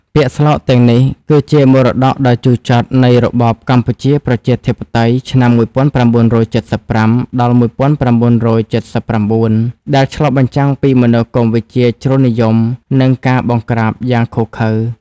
ពាក្យស្លោកទាំងនេះគឺជាមរតកដ៏ជូរចត់នៃរបបកម្ពុជាប្រជាធិបតេយ្យ (ឆ្នាំ ១៩៧៥-១៩៧៩) ដែលឆ្លុះបញ្ចាំងពីមនោគមវិជ្ជាជ្រុលនិយម និងការបង្ក្រាបយ៉ាងឃោរឃៅ។